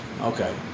Okay